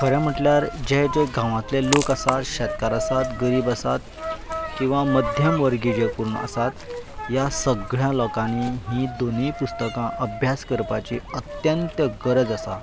खरें म्हटल्यार जे जे गांवांतले लोक आसा शेतकार आसात गरीब आसात किंवा मध्यम वर्गी जे कोण आसात ह्या सगळ्या लोकांनी हीं दोनी पुस्तकां अभ्यास करपाची अत्यंत्य गरज आसा